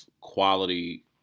quality